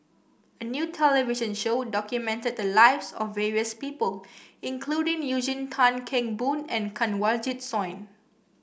a new television show documented the lives of various people including Eugene Tan Kheng Boon and Kanwaljit Soin